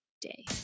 day